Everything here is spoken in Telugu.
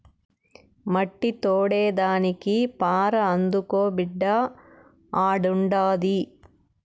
మట్టి తోడేదానికి పార అందుకో బిడ్డా ఆడుండాది